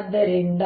ಆದ್ದರಿಂದ